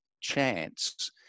chance